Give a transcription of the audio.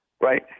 Right